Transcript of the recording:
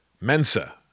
Mensa